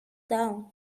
down